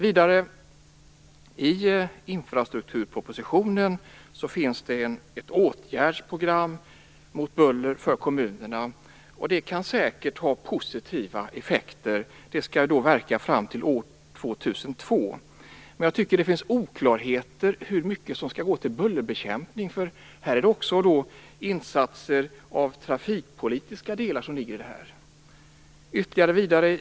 I infrastrukturpropositionen finns ett åtgärdsprogram mot buller för kommunerna, som skall verka fram till år 2002. Det kan säkert ha positiva effekter, men jag tycker att det finns oklarheter om hur mycket som skall gå till bullerbekämpning. I detta ligger nämligen också insatser av trafikpolitisk natur.